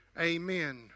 Amen